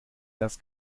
das